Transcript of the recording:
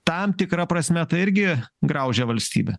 tam tikra prasme tai irgi graužia valstybę